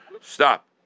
Stop